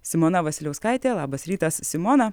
simona vasiliauskaitė labas rytas simona